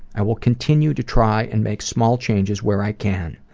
i will continue to try and make small changes where i can.